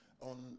on